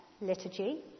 liturgy